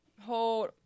Hold